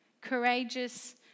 courageous